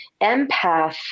empath